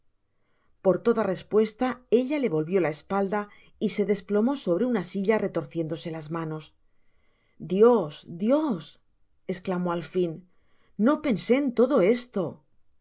por toda respuesta ella le volvió la espalda y se desplomó sobre una silla retorciéndose las manos dios dios esclamó al fin no pensé en todo esto